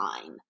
time